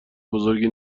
بزرگی